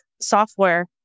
software